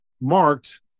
marked